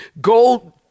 gold